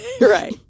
Right